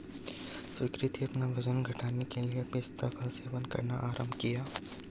सुकृति अपना वजन घटाने के लिए पिस्ता का सेवन करना प्रारंभ किया